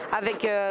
avec